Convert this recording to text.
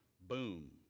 boom